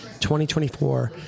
2024